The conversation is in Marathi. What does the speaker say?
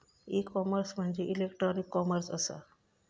ई कॉमर्स म्हणजे इलेक्ट्रॉनिक कॉमर्स असा